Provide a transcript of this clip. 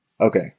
Okay